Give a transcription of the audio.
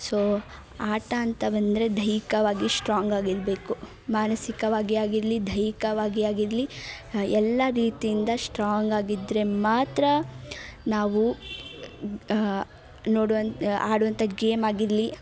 so ಆಟ ಅಂತ ಬಂದರೆ ದೈಹಿಕವಾಗಿ ಶ್ಟ್ರಾಂಗ್ ಆಗಿರಬೇಕು ಮಾನಸಿಕವಾಗಿ ಆಗಿರಲಿ ದೈಹಿಕವಾಗಿ ಆಗಿರಲಿ ಎಲ್ಲ ರೀತಿಯಿಂದ ಶ್ಟ್ರಾಂಗ್ ಆಗಿದ್ದರೆ ಮಾತ್ರ ನಾವು ನೋಡುವನ್ ಆಡುವಂಥ ಗೇಮ್ ಆಗಿರಲಿ